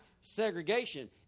segregation